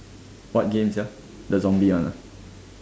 what game the zombie one